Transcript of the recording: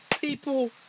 people